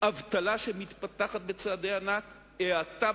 אבטלה שמתפתחת בצעדי ענק, האטה